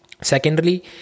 Secondly